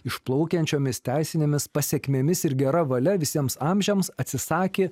išplaukiančiomis teisinėmis pasekmėmis ir gera valia visiems amžiams atsisakė